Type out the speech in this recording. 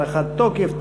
3) (הארכת תוקף),